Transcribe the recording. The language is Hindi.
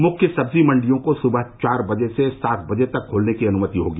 मुख्य सब्जी मंडियों को सुबह चार बजे से सात बजे तक खोलने की अनुमति होगी